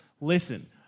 listen